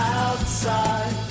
outside